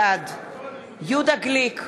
בעד יהודה גליק,